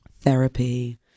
therapy